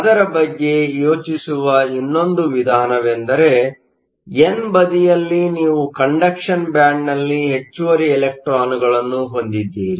ಅದರ ಬಗ್ಗೆ ಯೋಚಿಸುವ ಇನ್ನೊಂದು ವಿಧಾನವೆಂದರೆ ಎನ್ ಬದಿಯಲ್ಲಿ ನೀವು ಕಂಡಕ್ಷನ್ ಬ್ಯಾಂಡ್ನಲ್ಲಿ ಹೆಚ್ಚುವರಿ ಇಲೆಕ್ಟ್ರಾನ್ಗಳನ್ನು ಹೊಂದಿದ್ದೀರಿ